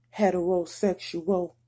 heterosexual